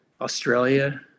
Australia